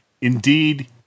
Indeed